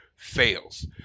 fails